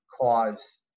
cause